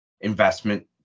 investment